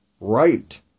right